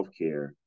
healthcare